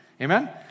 Amen